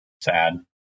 sad